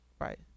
Right